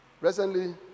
Recently